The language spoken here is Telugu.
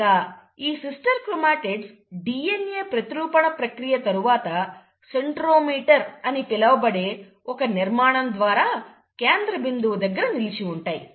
ఇంకా ఈ సిస్టర్ క్రోమాటిడ్స్ DNA ప్రతిరూపణ ప్రక్రియ తరువాత సెంట్రోమీర్ అని పిలువబడే ఒక నిర్మాణం ద్వారా కేంద్ర బిందువు దగ్గర నిలిచి ఉంటాయి